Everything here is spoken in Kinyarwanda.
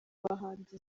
bahanzi